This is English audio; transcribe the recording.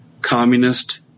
communist